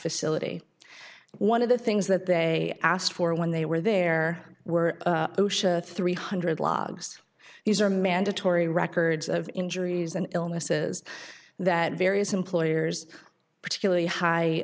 facility one of the things that they asked for when they were there were three hundred logs these are mandatory records of injuries and illnesses that various employers particularly